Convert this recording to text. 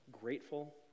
grateful